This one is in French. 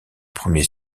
premier